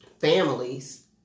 families